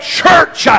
church